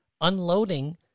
unloading